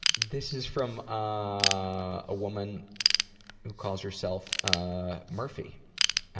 this is from a woman who calls herself ah murphy.